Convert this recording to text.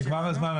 נגמר הזמן.